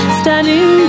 standing